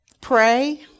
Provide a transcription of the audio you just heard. Pray